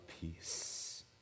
peace